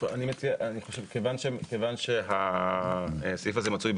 כיוון שהסעיף הזה מצוי,